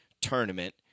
tournament